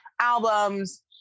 albums